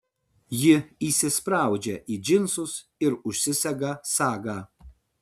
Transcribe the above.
ji įsispraudžia į džinsus ir užsisega sagą